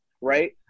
right